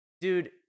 dude